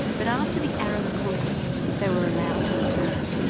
but after the arab conquest, they were allowed to return.